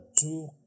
two